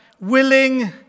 willing